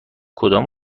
کدام